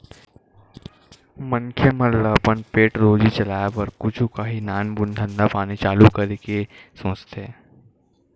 मनखे मन ल अपन पेट रोजी चलाय बर कुछु काही नानमून धंधा पानी चालू करे के सोचथे